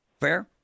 Fair